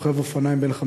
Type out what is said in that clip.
רוכב אופניים בן 54,